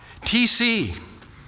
TC